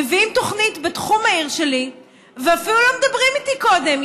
מביאים תוכנית בתחום העיר שלי ואפילו לא מדברים איתי קודם.